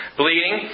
bleeding